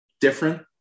different